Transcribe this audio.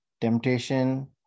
Temptation